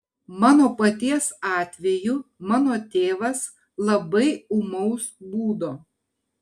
mano paties atveju mano tėvas labai ūmaus būdo